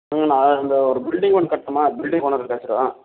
நான் இந்த ஒரு பில்டிங் ஒன்று கட்டணுமா பில்டிங் ஓனரு பேசுகிறோம்